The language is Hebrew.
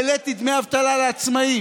העליתי את דמי אבטלה לעצמאים.